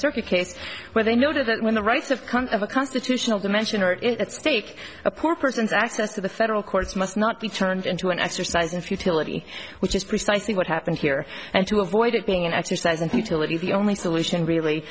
circuit case where they noted that when the rights of of a constitutional dimension are at stake a poor person's access to the federal courts must not be turned into an exercise in futility which is precisely what happened here and to avoid it being an exercise in futility the only solution really